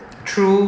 through